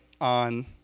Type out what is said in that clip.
on